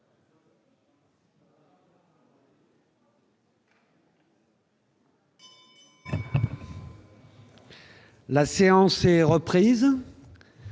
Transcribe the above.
La séance est reprise.